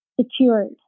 secured